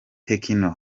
tecno